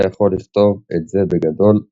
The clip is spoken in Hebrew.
אתה יכול לכתוב את זה בגדול,